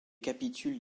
capitules